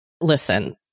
Listen